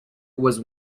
was